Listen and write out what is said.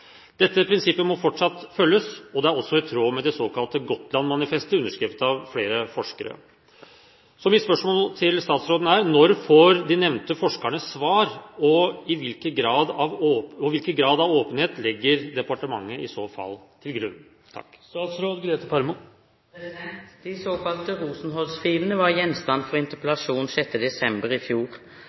Dette prinsippet må fortsatt følges, og det er også i tråd med det såkalte Gotland-manifestet underskrevet av flere forskere. Når får forskerne svar, og hvilken grad av åpenhet legger departementet til grunn?» De såkalte Rosenholz-filene var gjenstand for interpellasjon 6. desember i fjor.